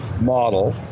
model